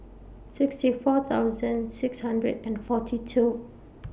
sixty four thousand six hundred and forty two